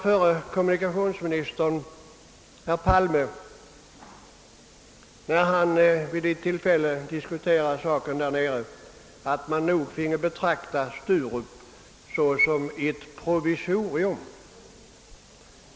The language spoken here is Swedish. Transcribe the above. Förre kommunikationsministern Palme framhöll också när han vid ett tillfälle diskuterade saken nere i Skåne, att man nog finge betrakta Sturup såsom ett provisorium.